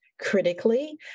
critically